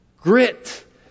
grit